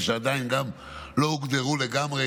שעדיין גם לא הוגדרו לגמרי,